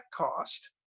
cost